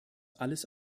alles